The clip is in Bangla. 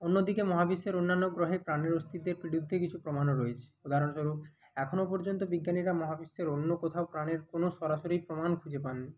অন্যদিকে মহাবিশ্বের অন্যান্য গ্রহে প্রাণের অস্তিত্বের বিরুদ্ধে কিছু প্রমাণও রয়েছে উদাহরণস্বরূপ এখনো পর্যন্ত বিজ্ঞানীরা মহাবিশ্বের অন্য কোথাও প্রাণের কোনো সরাসরি প্রমাণ খুঁজে পান নি